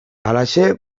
halaxe